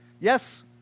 yes